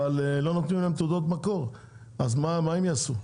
אבל לא נותנים להם תעודות מקור אז מה הם יעשו?